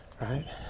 right